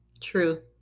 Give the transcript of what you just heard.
True